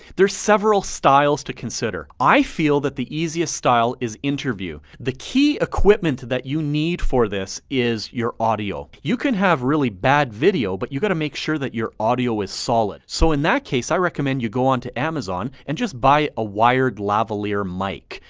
there are several styles to consider. i feel that the easiest style is interview. the key equipment that you need for this is your audio. you can have really bad video, but you gotta make sure that your audio is solid. so in that case, i recommend you go onto amazon, and just buy a wired lavalier mic.